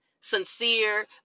sincere